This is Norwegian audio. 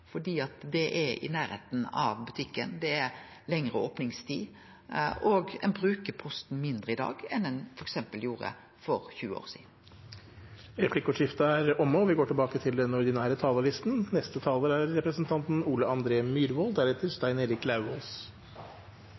fordi det er i nærleiken av butikken, det er lengre opningstid, og ein bruker Posten mindre i dag enn ein f.eks. gjorde for 20 år sidan. Replikkordskiftet er omme.